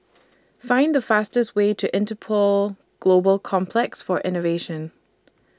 Find The fastest Way to Interpol Global Complex For Innovation